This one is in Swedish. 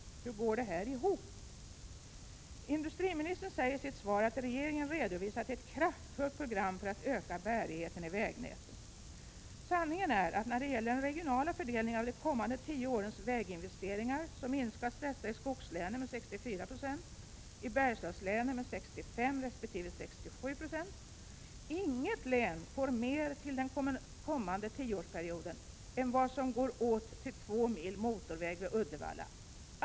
Hur går det ihop? Industriministern säger i sitt svar att regeringen redovisat ett kraftfullt program för att öka bärigheten i vägnätet. Sanningen när det gäller den regionala fördelningen av de kommande tio årens väginvesteringar är att dessa i skogslänen minskas med 64 96 och i Bergslagslänen med 65 resp. 67 90. Inget län får mer till den kommande tioårsperioden än vad som går åt till två mil motorväg vid Uddevalla.